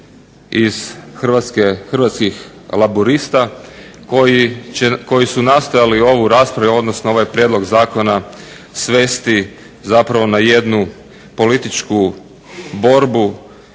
iz Hrvatskih laburista koji su nastojali ovu raspravu, odnosno ovaj prijedlog zakona svesti zapravo na jednu političku borbu,